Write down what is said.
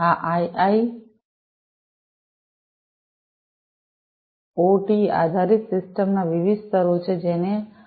આ આઇઓઓટી આધારિત સિસ્ટમના વિવિધ સ્તરો છે જેનો આપણે વિચાર કરી શકીએ છીએ